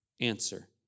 answer